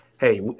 Hey